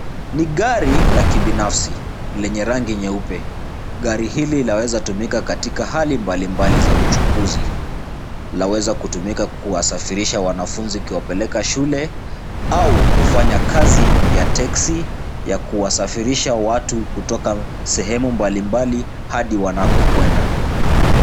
Ni gari la kibinafsi lenye rangi nyeupe. Gari hili laweza tumika katika hali mbalimbali za uchukuzi. Laweza kutumika kuwasafirisha wanafunzi ikiwapeleka shule au kufanya kazi ya teksi ya kuwasafirisha watu kutoka sehemu mbalimbali hadi wanakokwenda.